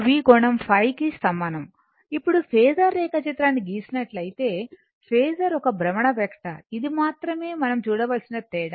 కి సమానం ఇప్పుడు ఫేసర్ రేఖాచిత్రాన్ని గీసినట్లైతే ఫేసర్ ఒక భ్రమణ వెక్టార్ ఇది మాత్రమే మనం చూడవలసిన తేడా